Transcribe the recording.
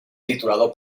titulado